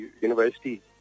university